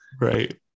Right